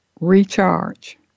recharge